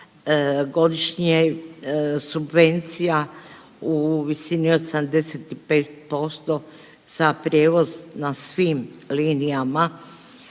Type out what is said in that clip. godišnje subvencija u visini od 75% za prijevoz na svim linijama